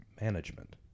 management